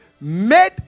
made